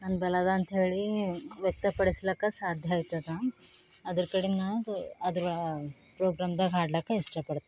ನನ್ನ ಬಲದ ಅಂತ ಹೇಳಿ ವ್ಯಕ್ತಪಡಿಸ್ಲಿಕ್ಕ ಸಾಧ್ಯ ಆಯ್ತದೆ ಅದ್ರ ಕಡಿಂದು ನಾ ದು ಅದರ ಪ್ರೋಗ್ರಾಮ್ದಾಗ ಹಾಡ್ಲಿಕ್ಕ ಇಷ್ಟ ಪಡ್ತೆ